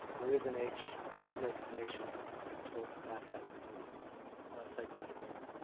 there is an h ah designation, but i'm told that that has to do with a site plan agreement.